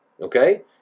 okay